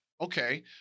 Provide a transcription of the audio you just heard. Okay